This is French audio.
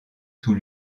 sous